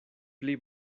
pli